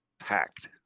packed